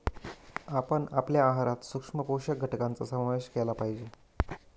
आपण आपल्या आहारात सूक्ष्म पोषक घटकांचा समावेश केला पाहिजे